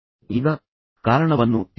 ಈಗ ಕಾರಣವನ್ನು ತಿಳಿಸಿ